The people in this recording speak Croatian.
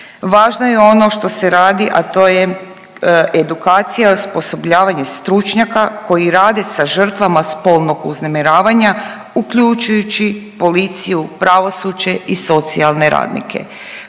Važno je ono što se radi, a to je edukacija, osposobljavanje stručnjaka koji rade sa žrtvama spolnog uznemiravanja uključujući policiju, pravosuđe i socijalne radnike.